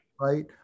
right